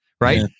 Right